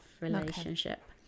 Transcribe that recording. relationship